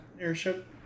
airship